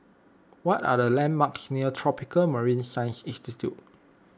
what are the landmarks near Tropical Marine Science Institute